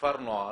כפר נוער